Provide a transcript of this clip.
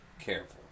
careful